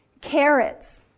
Carrots